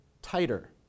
tighter